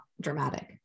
dramatic